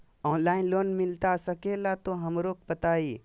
Online loan मिलता सके ला तो हमरो बताई?